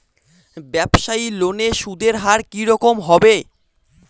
ব্যবসায়ী লোনে সুদের হার কি রকম হবে?